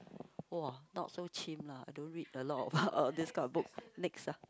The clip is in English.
!wah! not so chim lah I don't read the lot of uh this kind of book next ah